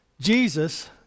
Jesus